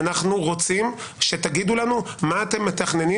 אנחנו רוצים שתגידו לנו מה אתם מתכננים